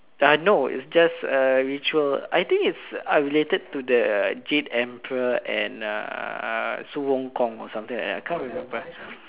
ah no its just a ritual I think it's uh related to the Jade-Emperor and uh 孙悟空 or something like that I can't remember